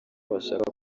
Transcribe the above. bashaka